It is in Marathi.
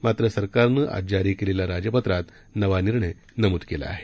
मात्र सरकारनं आज जारी केलेल्या राजपत्रात नवा निर्णय नमूद करण्यात आला आहे